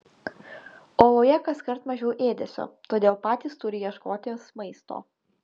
oloje kaskart mažiau ėdesio todėl patys turi ieškotis maisto